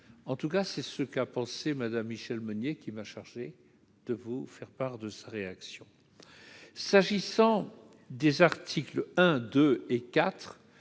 en tout cas, c'est ce qu'a pensé madame Michelle Meunier qui m'a chargé de vous faire part de sa réaction, s'agissant des articles 1 2 et 4